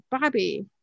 Bobby